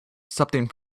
something